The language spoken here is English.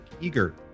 eager